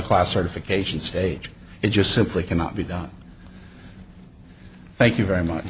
of class certification stage it just simply cannot be done thank you very much